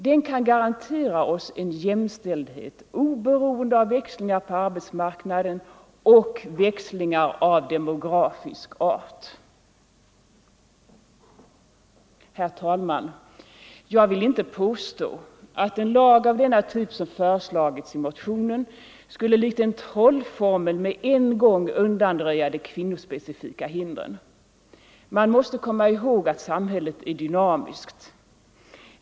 Den kan garantera oss en jämställdhet oberoende av växlingar på arbetsmarknaden och växlingar av demografisk art. Herr talman! Jag vill inte påstå att en lag av den typ som föreslagits i motionen skulle, likt en trollformel, med en gång undanröja de kvinnospecifika hindren. Man måste komma ihåg att samhället är dynamiskt.